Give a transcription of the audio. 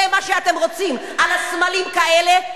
זה מה שאתם רוצים, סמלים כאלה?